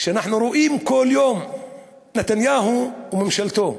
אנחנו רואים כל יום את נתניהו וממשלתו,